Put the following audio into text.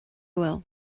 bhfuil